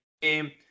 game